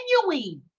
continuing